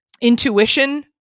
intuition